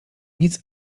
nic